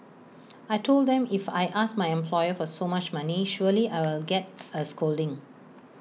I Told them if I ask my employer for so much money surely I will get A scolding